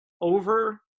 Over